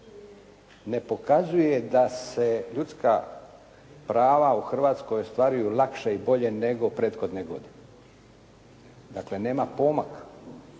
ne pokazuje da se ljudska prava u Hrvatskoj ostvaruju lakše i bolje nego prethodne godine. Dakle, nema pomaka.